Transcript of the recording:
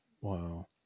Wow